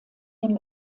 den